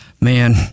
man